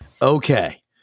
Okay